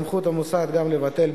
החוק המוצע בא להבטיח את